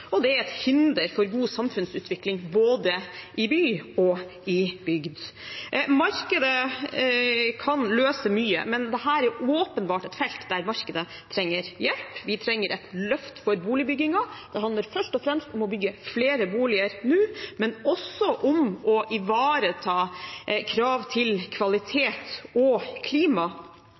og det er et hinder for god samfunnsutvikling både i by og i bygd. Markedet kan løse mye, men dette er åpenbart et felt der markedet trenger hjelp. Vi trenger et løft for boligbyggingen. Det handler først og fremst om å bygge flere boliger nå, men også om å ivareta krav til kvalitet og klima.